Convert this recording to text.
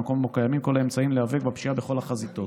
למקום שבו קיימים כל האמצעים להיאבק בפשיעה בכל החזיתות.